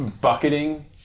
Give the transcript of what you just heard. bucketing